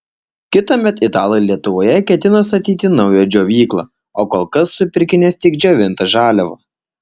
kitąmet italai lietuvoje ketina statyti naują džiovyklą o kol kas supirkinės tik džiovintą žaliavą